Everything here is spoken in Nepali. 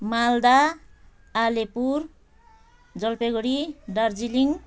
मालदा आलिपुर जलपाइगढी दार्जिलिङ